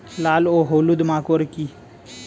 লাল ও হলুদ মাকর কী?